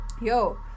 Yo